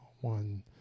one